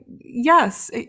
yes